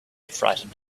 frightened